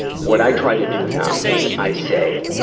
what i try to do now is i say,